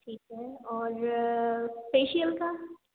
ठीक है और फेशियल का